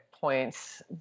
points